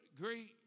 great